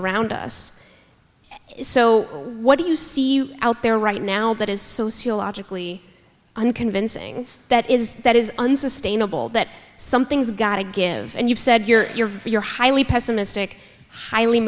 around us so what do you see out there right now that is sociologically unconvincing that is that is unsustainable that something's gotta give and you've said you're here for your highly pessimistic highly